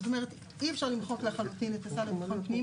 זאת אומרת אי אפשר למחוק לחלוטין את השר לבטחון פנים,